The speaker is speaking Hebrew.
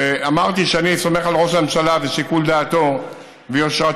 אמרתי שאני סומך על ראש הממשלה ושיקול דעתו ויושרתו